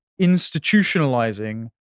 institutionalizing